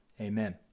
Amen